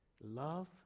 love